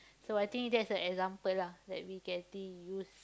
so I think that's an example lah that we can actually use